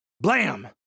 Blam